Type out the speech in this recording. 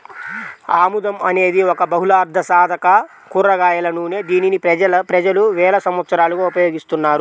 ఆముదం అనేది ఒక బహుళార్ధసాధక కూరగాయల నూనె, దీనిని ప్రజలు వేల సంవత్సరాలుగా ఉపయోగిస్తున్నారు